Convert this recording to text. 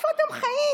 איפה אתם חיים?